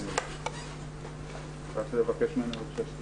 רציתי להעיר שתי